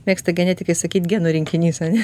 mėgsta genetikai sakyt genų rinkinys ane